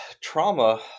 trauma